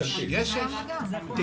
יגיד לך המנכ"ל.